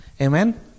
amen